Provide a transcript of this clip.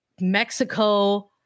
Mexico